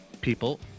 people